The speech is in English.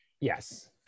Yes